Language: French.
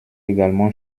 également